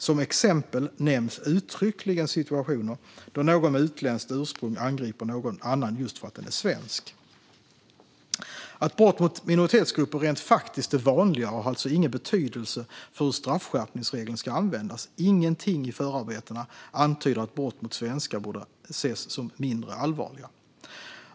Som exempel nämns uttryckligen situationer då någon med utländskt ursprung angriper någon annan just för att den är svensk. Att brott mot minoritetsgrupper rent faktiskt är vanligare har alltså ingen betydelse för hur straffskärpningsregeln ska användas. Ingenting i förarbetena antyder att brott mot svenskar borde ses som mindre allvarliga.